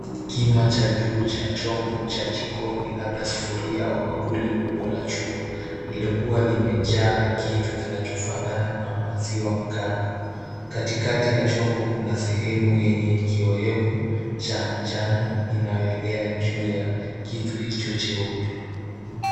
Kima cha juu cha chombo cha jikoni labda sufuria au bakuli kubwa la chuma lililokuwa limejaa kitu kinachofanana na maziwa humu kando. Katikati ya chombo kuna sehemu yenye kiyoyevu cha njano inayoelea juu ya kitu hicho cheupe.